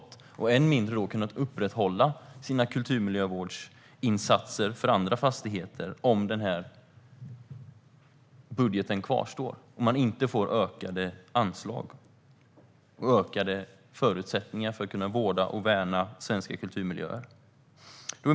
Statens fastighetsverk säger också att man än mindre kommer att kunna upprätthålla sina kulturmiljövårdsinsatser för andra fastigheter om denna budget kvarstår och man inte får ökade anslag och bättre förutsättningar för att kunna vårda och värna svenska kulturmiljöer.